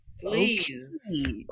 please